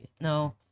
No